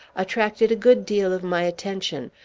attracted a good deal of my attention,